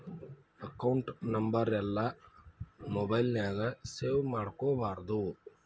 account ನಂಬರೆಲ್ಲಾ mobile ನ್ಯಾಗ save ಮಾಡ್ಕೊಬಾರ್ದು